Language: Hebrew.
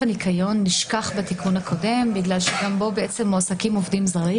הניקיון נשכח בדיון הקודם בגלל שגם בו בעצם מועסקים עובדים זרים.